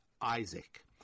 Isaac